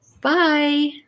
Bye